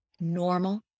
normal